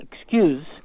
excuse